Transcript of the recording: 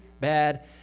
bad